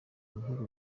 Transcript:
mubihugu